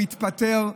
מתפטר,